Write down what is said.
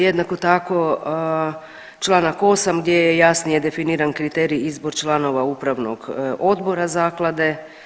Jednako tako Članak 8. gdje je jasnije definiran kriterij izbor članova upravnog odbora zaklade.